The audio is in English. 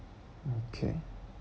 okay